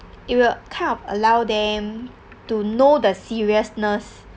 it will kind of allow them to know the seriousness